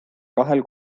kahel